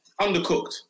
undercooked